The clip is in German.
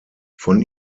von